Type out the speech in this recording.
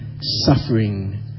suffering